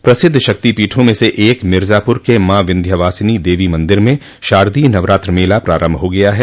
प्रसिद्ध शक्तिपीठों मे से एक मिर्जापुर के मां विध्यवासिनी देवी मंदिर में शारदीय नवरात्र मेला प्रारम्भ हो गया है